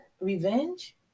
revenge